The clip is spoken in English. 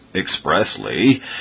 expressly